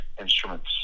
instruments